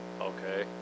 Okay